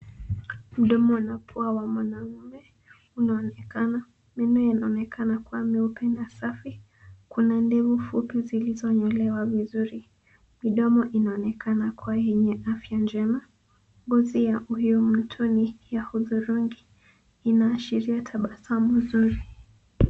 Mdomo na pua wa mwanaume unaonekana. Meno inaonekana kuwa meupe na safi. Kuna ndevu fupi zilizo nyolewa vizuri. Midomo inaonekana kuwa yenye afya njema. Ngozi ya mtu huyu ni ya hudhurungi inaashiria tabasamu nzuri.